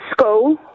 school